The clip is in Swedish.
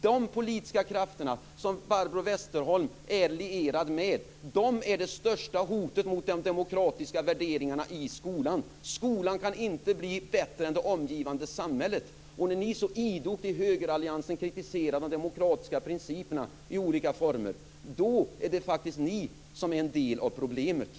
De politiska krafter som Barbro Westerholm är lierad med är det största hotet mot de demokratiska värderingarna i skolan. Skolan kan inte bli bättre än det omgivande samhället. Ni i högeralliansen är en del av problemet när ni så idogt kritiserar de demokratiska principerna i olika former.